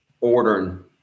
ordering